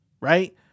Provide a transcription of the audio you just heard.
right